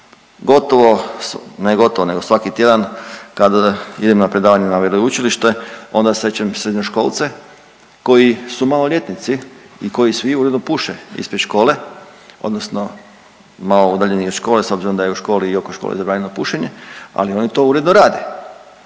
Gotovo, ne gotovo nego svaki tjedan kad idem na predavanje na veleučilište onda srećem srednjoškolce koji su maloljetnici i koji svi uredno puše ispred škole odnosno malo udaljeni od škole, s obzirom da je u školi i oko škole zabranjeno pušenje, ali oni to uredno rade.